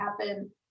happen